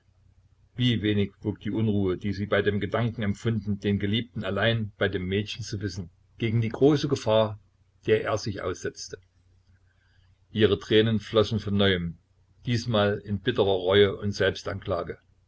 wie wenig wog die unruhe die sie bei dem gedanken empfunden den geliebten allein bei dem mädchen zu wissen gegen die große gefahr der er sich aussetzte ihre tränen flossen von neuem diesmal in bitterer reue und